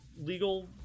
legal